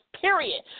period